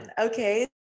okay